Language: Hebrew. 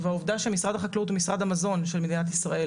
והעובדה שמשרד החקלאות הוא משרד המזון של מדינת ישראל,